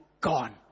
gone